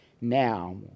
Now